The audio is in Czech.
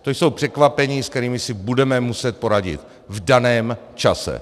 To jsou překvapení, se kterými si budeme muset poradit v daném čase.